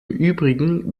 übrigen